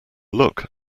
look